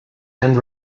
and